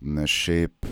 ne šiaip